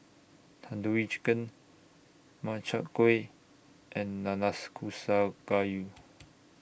Tandoori Chicken Makchang Gui and Gayu